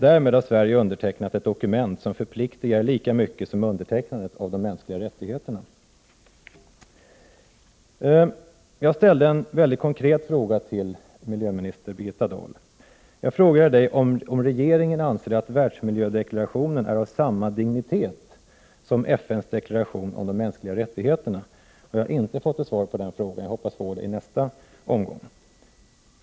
Därmed har Sverige undertecknat ett dokument som förpliktigar lika mycket som undertecknadet av de mänskliga rättigheterna. Jag ställde en mycket konkret fråga till miljöminister Birgitta Dahl. Jag frågade om regeringen anser att världsmiljödeklarationen är av samma dignitet som FN:s deklaration om de mänskliga rättigheterna. Jag har inte fått något svar på den frågan — jag hoppas få det i nästa omgång.